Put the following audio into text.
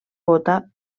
vota